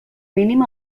mínim